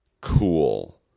cool